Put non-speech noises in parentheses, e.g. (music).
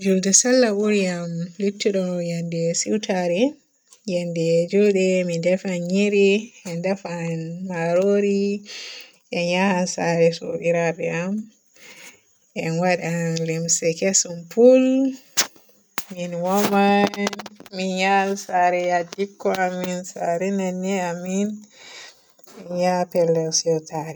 (noise) Julde sallah buri am luttuɗum yende siiwtare. Yende julde mi defan nyiri, mi defan marori, en yahan saare soobirabe am, en waadan limse kesum pol, min wooman, min ya saare yadikko am, saare nenne amin, min yah pellel siiwtare.